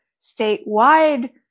statewide